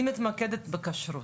אני מתמקדת בכשרות,